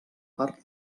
part